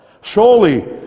surely